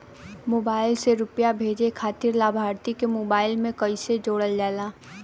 Mobile से रूपया भेजे खातिर लाभार्थी के मोबाइल मे कईसे जोड़ल जाला?